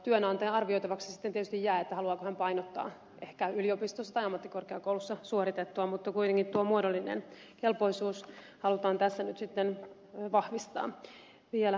työnantajan arvioitavaksi sitten tietysti jää haluaako hän painottaa ehkä yliopistossa vai ammattikorkeakoulussa suoritettua tutkintoa mutta kuitenkin tuo muodollinen kelpoisuus halutaan tässä nyt sitten vahvistaa vielä